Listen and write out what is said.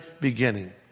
beginning